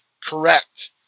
correct